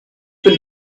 will